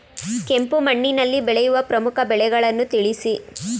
ಕೆಂಪು ಮಣ್ಣಿನಲ್ಲಿ ಬೆಳೆಯುವ ಪ್ರಮುಖ ಬೆಳೆಗಳನ್ನು ತಿಳಿಸಿ?